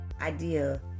idea